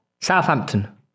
Southampton